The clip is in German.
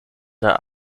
der